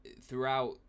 throughout